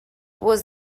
was